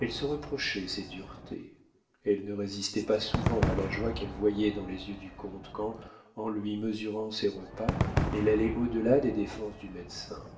elle se reprochait ses duretés elle ne résistait pas souvent à la joie qu'elle voyait dans les yeux du comte quand en lui mesurant ses repas elle allait au delà des défenses du médecin